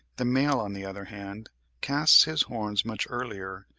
the male on the other hand casts his horns much earlier,